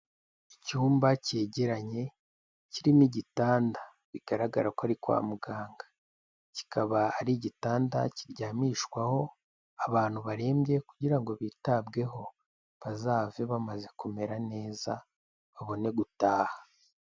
Icyumba cyegeranye, kirimo igitanda. Bigaragara ko ari kwa muganga. Kikaba ari igitanda kiryamishwaho, abantu barembye kugira ngo bitabweho. Bazave bamaze kumera neza, babone gutaha.